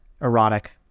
erotic